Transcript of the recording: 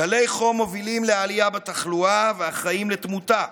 גלי חום מובילים לעלייה בתחלואה ואחראים לתמותה.